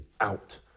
out